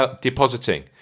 depositing